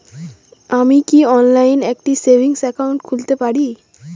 আমি কি অনলাইন একটি সেভিংস একাউন্ট খুলতে পারি?